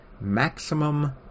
Maximum